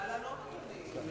אני מוכנה לענות, אדוני.